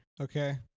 Okay